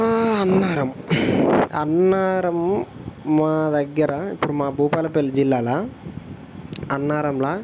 అన్నారం అన్నారం మా దగ్గర ఇప్పుడు మా భూపాలపల్లి జిల్లాల అన్నారంలో